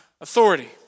authority